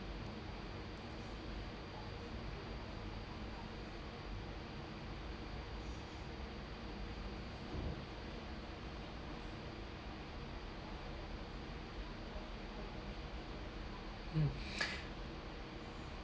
mm